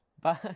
Bye